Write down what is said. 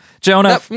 Jonah